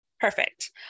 Perfect